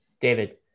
David